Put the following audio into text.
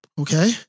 okay